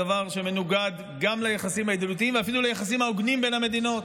דבר שמנוגד גם ליחסים הידידותיים ואפילו ליחסים ההוגנים בין המדינות,